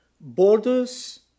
Borders